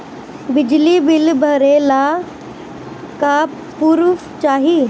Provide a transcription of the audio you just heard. बिजली बिल भरे ला का पुर्फ चाही?